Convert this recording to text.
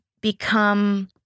become